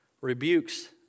rebukes